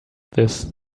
this